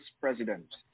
president